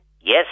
yes